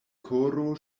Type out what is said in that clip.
koro